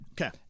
okay